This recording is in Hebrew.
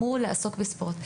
לעסוק בספורט.